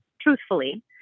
truthfully